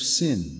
sin